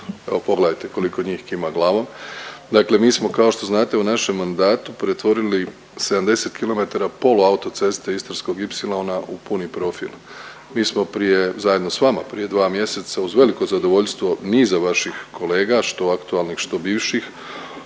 Evo pogledajte koliko njih kima glavom. Dakle, mi smo kao što znate u našem mandatu pretvorili 70 km poluautoceste Istarskog ipsilona u puni profil. Mi smo prije, zajedno s vama, prije dva mjeseca uz veliko zadovoljstvo niza vaših kolega što aktualnih, što bivših